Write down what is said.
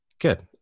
Good